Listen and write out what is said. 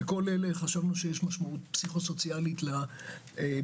לכל אלה חשבנו שיש משמעות פסיכוסוציאלית משמעותית,